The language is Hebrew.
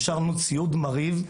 אפשרנו ציון מרהיב.